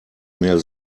mehr